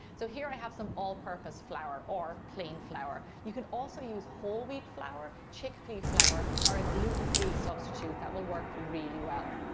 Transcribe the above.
so here i have some all purpose flour, or plain flour. you can also use whole-wheat flour, chickpea flour, or a gluten-free substitute and that will work really well.